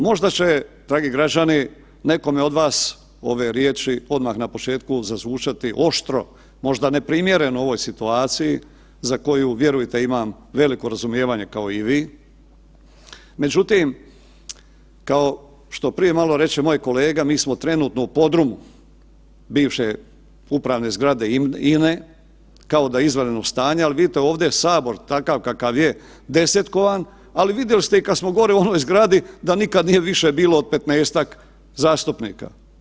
Možda će dragi građani nekome od vas ove riječi odmah na početku zazvučati oštro možda neprimjereno u ovoj situaciji za koju vjerujte imam veliko razumijevanje kao i vi, međutim kao što prije malo reče moj kolega mi smo trenutno u podrumu bivše upravne zgrade INE kao da je izvanredno stanje, ali vidite ovdje je sabor takav kakav je desetkovan, ali vidjeli ste kad smo gore i u onoj zgradi da nikad nije više bilo od 15-tak zastupnika.